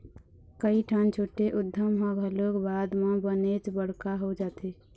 कइठन छोटे उद्यम ह घलोक बाद म बनेच बड़का हो जाथे